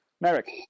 Merrick